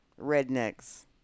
rednecks